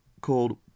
Called